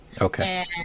okay